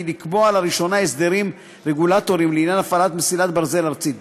היא לקבוע לראשונה הסדרים רגולטוריים לעניין הפעלת מסילת ברזל ארצית.